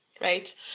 right